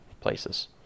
places